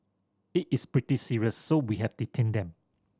it is pretty serious so we have detained them